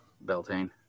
Beltane